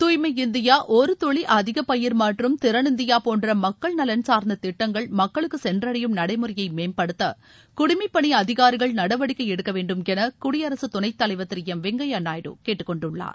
தூய்மை இந்தியா ஒரு துளி அதிக பயிர் மற்றும் திறன் இந்தியா போன்ற மக்கள் நலன் சார்ந்த திட்டங்கள் மக்களுக்கு சென்றடையும் நடைமுறையை மேம்படுத்த குடிமைப்பணி அதிகாரிகள் நடவடிக்கை எடுக்க வேண்டும் என குடியரசு துணைத்தலைவர் திரு எம் வெங்கையா நாயுடு கேட்டுக்கொண்டுள்ளார்